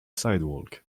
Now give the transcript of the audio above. sidewalk